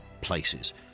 places